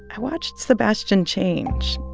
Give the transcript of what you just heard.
i watched sebastian change.